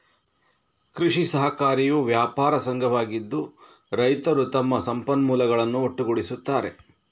ಕೃಷಿ ಸಹಕಾರಿಯು ವ್ಯಾಪಾರ ಸಂಘವಾಗಿದ್ದು, ರೈತರು ತಮ್ಮ ಸಂಪನ್ಮೂಲಗಳನ್ನು ಒಟ್ಟುಗೂಡಿಸುತ್ತಾರೆ